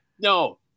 No